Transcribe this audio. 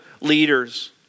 leaders